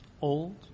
old